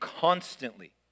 constantly